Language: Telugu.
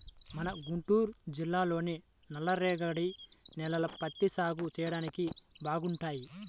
మన గుంటూరు జిల్లాలోని నల్లరేగడి నేలలు పత్తి సాగు చెయ్యడానికి బాగుంటాయి